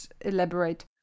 elaborate